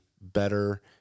better